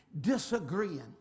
disagreeing